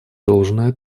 должное